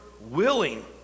willing